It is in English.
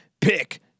Pick